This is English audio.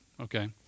okay